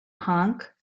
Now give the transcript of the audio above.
hank